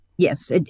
Yes